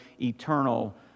eternal